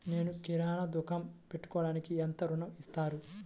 నేను కిరాణా దుకాణం పెట్టుకోడానికి ఎంత ఋణం ఇస్తారు?